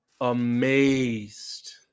amazed